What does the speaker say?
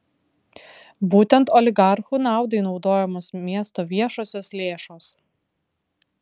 būtent oligarchų naudai naudojamos miesto viešosios lėšos